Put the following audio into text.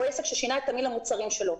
או עסק ששינה את תמהיל המוצרים שלו,